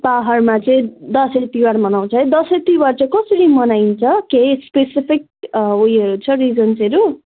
पाहाडमा चाहिँ दसैँ तिहार मनाउँछ है दसैँ तिहार चाहिँ कसरी मनाइन्छ के स्पेसिफिक उयो छ रिजन्सहरू